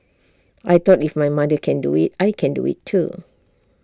I thought if my mother can do IT I can do IT too